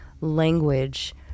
language